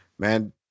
Man